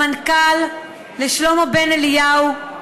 למנכ"ל שלמה בן אליהו,